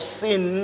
sin